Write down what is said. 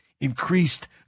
increased